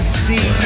see